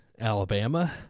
Alabama